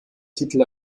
titel